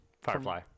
Firefly